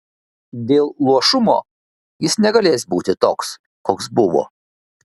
dėl luošumo jis negalės būti toks koks buvo